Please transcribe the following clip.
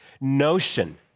notion